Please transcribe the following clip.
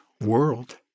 world